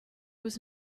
was